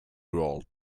world